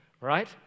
right